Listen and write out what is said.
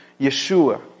Yeshua